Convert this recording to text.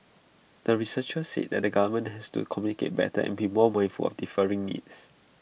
the researchers said that the government has to communicate better and be more wailful of differing needs